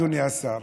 אדוני השר,